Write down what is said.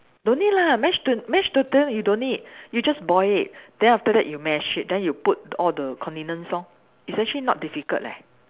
don't need lah mashed t~ mashed potato you don't need you just boil it then after that you mash it then you put all the condiments lor it's actually not difficult leh